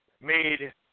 made